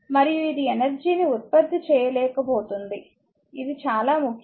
మరియు ఇది ఎనర్జీ ని ఉత్పత్తి చేయలేకపోతుంది ఇది చాలా ముఖ్యం